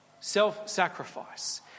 self-sacrifice